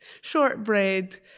shortbread